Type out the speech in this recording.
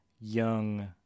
young